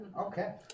Okay